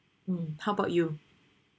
mm how about you